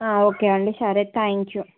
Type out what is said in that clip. okay అండి సరే thank you